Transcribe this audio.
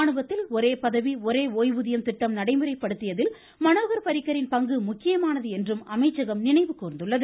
ராணுவத்தில் ஒரே பதவி ஒரே ஓய்வுதியம் திட்டம் நடைமுறைப்படுத்தியதில் மனோகர் பரிக்கரின் பங்கு முக்கியமானது என்றும் அமைச்சகம் நினைவு கூர்ந்துள்ளது